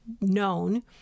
known